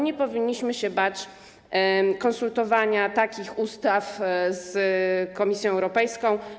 Nie powinniśmy się bać konsultowania takich ustaw z Komisją Europejską.